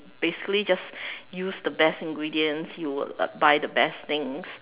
basically just use the best ingredient you would uh buy the best things